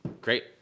Great